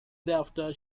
thereafter